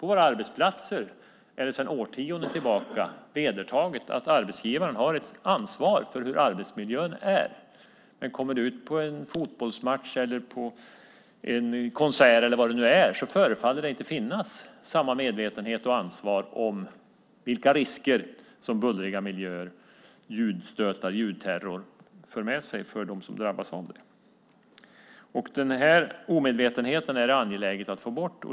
På våra arbetsplatser är det sedan årtionden vedertaget att arbetsgivaren har ett ansvar för hur arbetsmiljön är, men på en fotbollsmatch eller en konsert förefaller det inte finnas samma medvetenhet och ansvar för de risker som bullriga miljöer och ljudterror för med sig. Denna omedvetenhet är det angeläget att få bort.